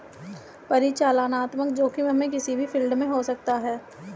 परिचालनात्मक जोखिम हमे किसी भी फील्ड में हो सकता है